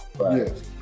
Yes